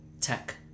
Tech